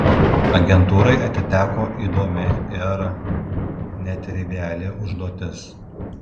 agentūrai atiteko įdomi ir netriviali užduotis